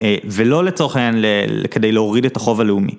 ולא לצורך העניין כדי להוריד את החוב הלאומי.